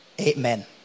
Amen